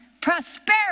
prosperity